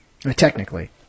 Technically